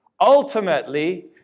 ultimately